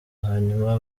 hanyuma